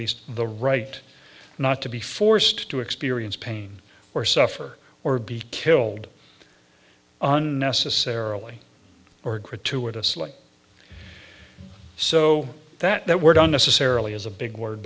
least the right not to be forced to experience pain or suffer or be killed unnecessarily or gratuitously so that we're done necessarily is a big word